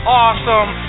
awesome